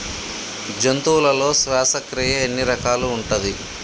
జంతువులలో శ్వాసక్రియ ఎన్ని రకాలు ఉంటది?